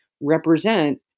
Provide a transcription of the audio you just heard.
represent